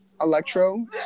Electro